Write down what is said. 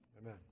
Amen